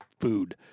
food